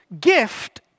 gift